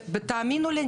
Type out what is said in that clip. ותאמינו לי,